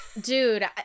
Dude